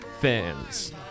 fans